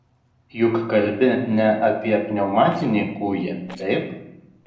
juk kalbi ne apie pneumatinį kūjį taip